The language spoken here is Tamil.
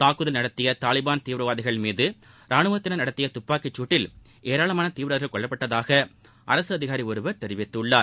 தாக்குதல் நடத்திய தாலிபாள் தீவிரவாதிகள் மீது ரானுவத்தினர் நடத்திய துப்பாக்கிச் சூட்டில் ஏராளமான தீவிரவாதிகள் கொல்லப்பட்டதாக அரசு அதிகாரி ஒருவர் தெரிவித்துள்ளார்